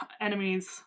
enemies